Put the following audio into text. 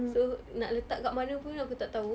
so nak letak kat mana pun aku tak tahu